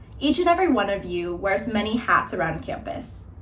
each and every one of you wears many hats around campus,